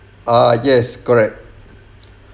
ah yes correct